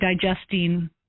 digesting